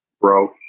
broke